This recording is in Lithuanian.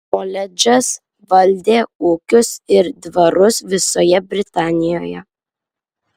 koledžas valdė ūkius ir dvarus visoje britanijoje